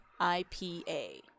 ipa